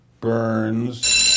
Burns